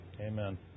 Amen